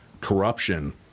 corruption